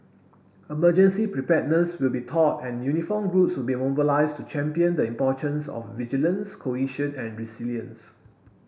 emergency preparedness will be taught and uniformed groups will be mobilised to champion the importance of vigilance cohesion and resilience